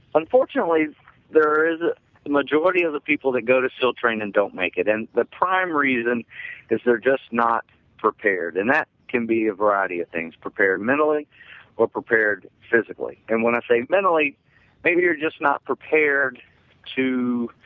unfortunately there is majority of the people that go to seal training and don't make it and the primary reason is they're just not prepared and that can be variety of things prepared mentally or prepared physically. and when i say mentally maybe you're just not prepared to